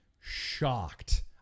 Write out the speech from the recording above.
shocked